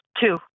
two